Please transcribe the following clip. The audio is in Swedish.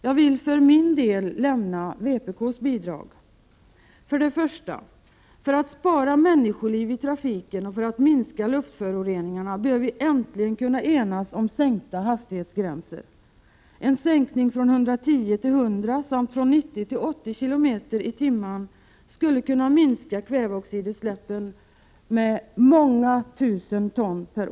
Jag vill för vpk:s del lämna vårt bidrag. För det första bör vi för att spara människoliv i trafiken och för att minska luftföroreningarna äntligen kunna enas om sänkta hastighetsgränser. En sänkning från 110 till 100 km. tim. skulle kunna minska kväveoxidutsläppen med flera tusen ton per år.